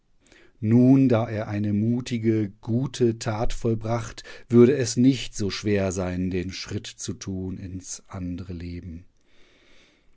nun er eine mutige gute tat vollbracht würde es nicht so schwer sein den schritt zu tun ins andre leben